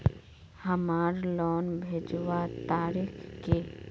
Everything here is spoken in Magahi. हमार लोन भेजुआ तारीख की?